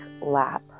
lap